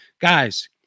guys